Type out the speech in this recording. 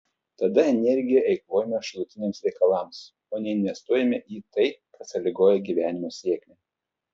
tada energiją eikvojame šalutiniams reikalams o neinvestuojame į tai kas sąlygoja gyvenimo sėkmę